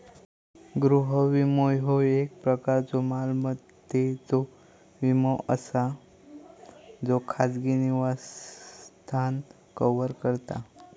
गृह विमो, ह्यो एक प्रकारचो मालमत्तेचो विमो असा ज्यो खाजगी निवासस्थान कव्हर करता